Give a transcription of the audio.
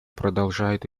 продолжает